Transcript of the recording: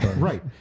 Right